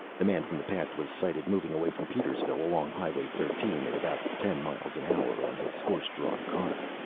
the man from the past was sighted moving away from petersville, along highway thirteen, at about ten miles an hour, on his horse-drawn cart.